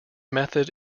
method